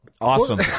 Awesome